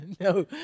no